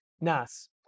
Nas